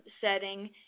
setting